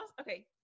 Okay